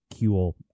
cool